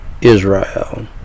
Israel